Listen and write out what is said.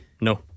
No